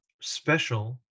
special